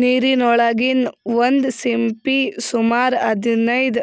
ನೀರಿನೊಳಗಿನ್ ಒಂದ್ ಸಿಂಪಿ ಸುಮಾರ್ ಹದನೈದ್